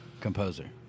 composer